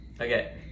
Okay